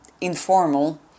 informal